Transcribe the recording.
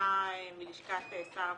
שיצא מלשכת שר הפנים.